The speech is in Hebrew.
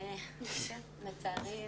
לצערי,